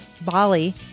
Bali